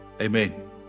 Amen